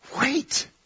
Wait